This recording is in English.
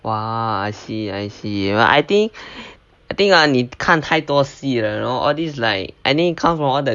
!whoa! I see I see but I think I think ah 你看太多戏了 you know all these like you know come from all the